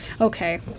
Okay